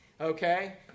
okay